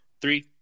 Three